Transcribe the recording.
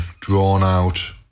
drawn-out